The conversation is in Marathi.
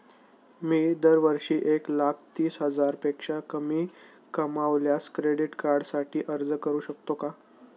मी दरवर्षी एक लाख तीस हजारापेक्षा कमी कमावल्यास क्रेडिट कार्डसाठी अर्ज करू शकतो का?